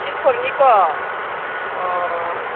सिलफोरनिखौ अह